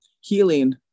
Healing